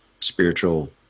spiritual